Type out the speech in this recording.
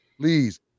please